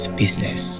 business